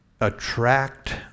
attract